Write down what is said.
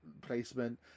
placement